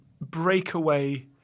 breakaway